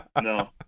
no